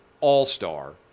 all-star